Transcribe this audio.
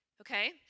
okay